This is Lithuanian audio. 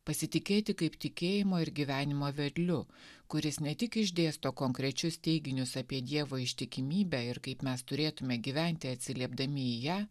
pasitikėti kaip tikėjimo ir gyvenimo vedliu kuris ne tik išdėsto konkrečius teiginius apie dievo ištikimybę ir kaip mes turėtume gyventi atsiliepdami į ją